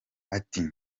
ati